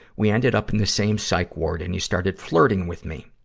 we ended up in the same psych ward, and he started flirting with me.